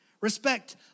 Respect